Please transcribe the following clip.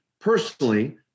personally